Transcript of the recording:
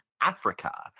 Africa